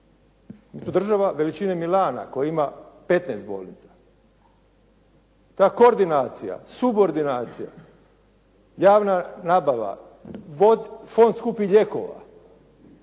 To je država veličine Milana koja ima 15 bolnica. Ta koordinacija, subordinacija, javna nabava, fond skupih lijekova,